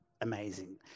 amazing